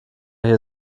hier